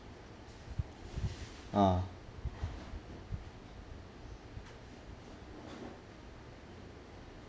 ah